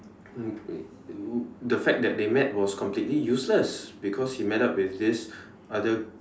the fact that they met was completely useless because he met up with this other